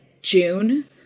June